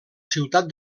ciutat